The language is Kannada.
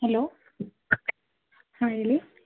ಹಲೋ ಹಾಂ ಹೇಳಿ